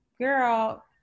Girl